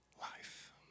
life